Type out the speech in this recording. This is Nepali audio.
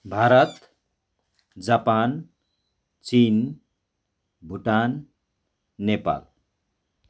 भारत जापान चिन भुटान नेपाल